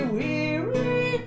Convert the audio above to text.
weary